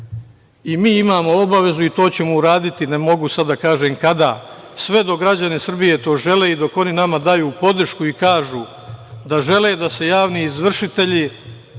imamo obavezu i to ćemo uraditi, ne mogu da kažem kada, sve dok građani Srbije to žele i dok oni nama daju podršku i kažu da žele da se javni izvršitelji